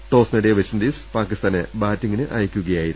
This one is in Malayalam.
ടോസ് നേടിയ വെസ്റ്റിൻഡീസ് പാക്കിസ്ഥാനെ ബാറ്റിങ്ങിനയക്കുകയായിരുന്നു